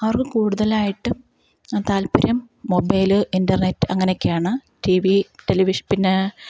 അവര്ക്കു കൂടുതലായിട്ടും താത്പര്യം മൊബൈൽ ഇന്റര്നെറ്റ് അങ്ങനെയൊക്കെയാണ് ടി വി ടെലിവിഷന് പിന്നെ